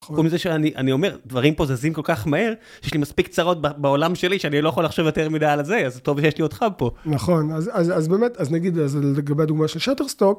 זה שאני אני אומר דברים פה זזים כל כך מהר, יש לי מספיק צרות בעולם שלי שאני לא יכול לחשוב יותר מדי על זה אז טוב יש לי אותך פה נכון אז אז באמת אז נגיד לגבי דוגמה של שוטרסטוק.